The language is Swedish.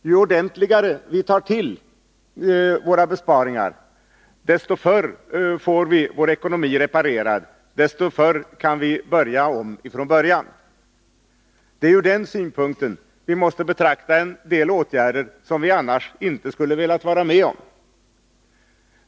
Ju ordentligare vi område tar till våra besparingar, desto förr får vi vår ekonomi reparerad, desto förr kan vi börja om från början. Det är från den utgångspunkten som vi måste betrakta en del åtgärder som vi annars inte skulle vilja vara med om.